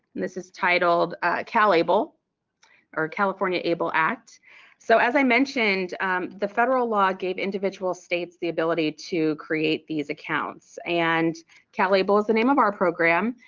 this is titled cal able or california able act so as i mentioned the federal law gave individual states the ability to create these accounts and cal able is the name of our program.